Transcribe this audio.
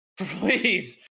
Please